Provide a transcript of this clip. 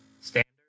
standard